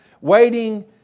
Waiting